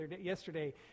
yesterday